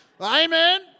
amen